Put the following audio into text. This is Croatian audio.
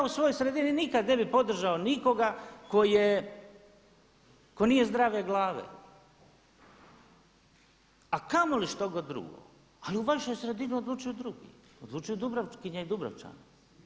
Ja u svojoj sredini nikada ne bih podržao nikoga koji je, tko nije zdrave glave a kamoli štogod drugo, ali u vašoj sredini odlučuju drugi, odlučuju Dubrovkinje i Dubrovčani.